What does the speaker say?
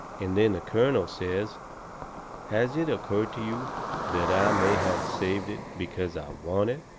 and then the colonel says has it occurred to you that i may have saved it because i want it?